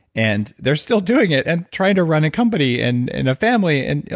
and they're still doing it and trying to run a company and and a family. and yeah